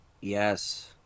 Yes